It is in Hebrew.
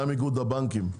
איגוד הבנקים.